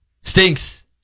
Stinks